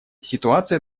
ситуация